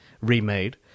Remade